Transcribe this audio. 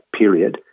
period